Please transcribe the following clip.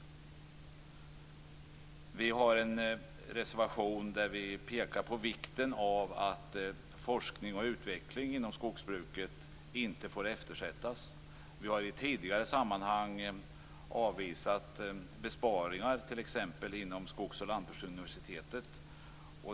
Vi har en reservation där vi pekar på vikten av att forskning och utveckling inom skogsbruket inte får eftersättas. Vi har i ett tidigare sammanhang avvisat besparingar för Skogs och lantbruksuniversitetet.